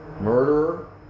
murderer